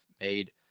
made